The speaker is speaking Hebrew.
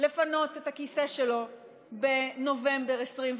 לפנות את הכיסא שלו בנובמבר 2021,